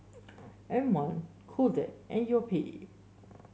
M one Kodak and Yoplait